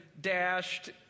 dashed